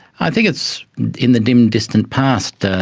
i think it's in the dim, distant past, ah